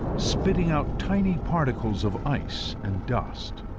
spitting out tiny particles of ice and dust.